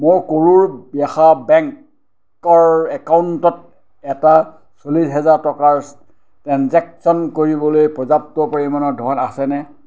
মোৰ কৰুৰ ব্যাসা বেংকৰ একাউণ্টত এটা চল্লিছ হাজাৰ টকাৰ ট্ৰেঞ্জেকশ্য়ন কৰিবলৈ পৰ্যাপ্ত পৰিমাণৰ ধন আছেনে